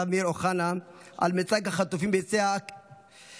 אמיר אוחנה על מיצג החטופים ביציע הציבור.